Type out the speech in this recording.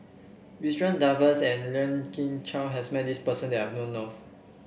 Ridzwan Dzafir and Lien Ying Chow has met this person that I know of